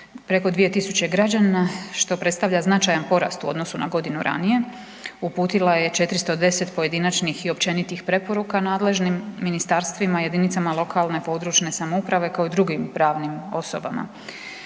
preko 2.000 građana što predstavlja značajan porast u odnosu na godinu ranije. Uputila je 410 pojedinačnih i općenitih preporuka nadležnim ministarstvima, jedinicama lokalne, područne samouprave kao i drugim pravim osobama.